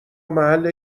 محل